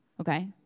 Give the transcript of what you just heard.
okay